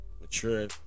mature